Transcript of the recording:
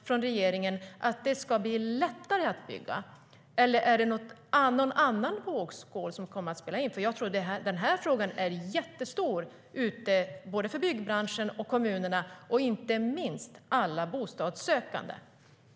Är regeringens ambition att det ska bli lättare att bygga, eller är det något annat som kommer att väga in? Jag tror att den här frågan är jättestor för byggbranschen, för kommunerna och inte minst för alla bostadssökande.